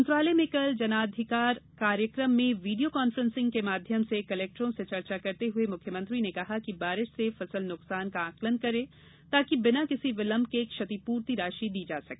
मंत्रालय में कल जनाधिकार कार्यक्रम में वीडियों कान्फ्रेंसिंग के माध्यम से कलेक्टरों से चर्चा करते हुए मुख्यमंत्री ने कहा कि बारिश से फसल नुकसान का आंकलन करें ताकि बिना किसी विलम्ब के क्षतिपूर्ति राशि दी जा सके